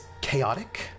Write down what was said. chaotic